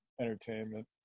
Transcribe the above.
entertainment